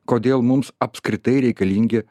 kodėl mums apskritai reikalingi